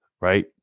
right